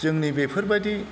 जोंनि बेफोरबायदि